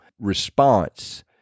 response